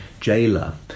jailer